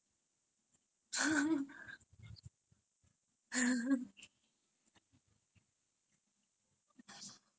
ya I know but but she more crazier than me lah she more crazy she will go theater all watch with family அந்த மாதிரி:antha maathiri